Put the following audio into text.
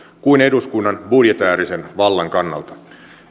kuin eduskunnan budjetäärisen vallan kannalta